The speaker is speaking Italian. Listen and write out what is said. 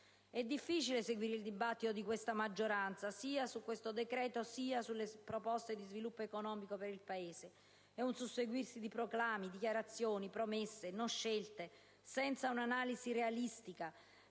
È difficile seguire il dibattito di questa maggioranza, sia in questo decreto, sia in generale sulle proposte per lo sviluppo economico del Paese; è un susseguirsi di proclami, dichiarazioni, promesse, non scelte, senza un'analisi realistica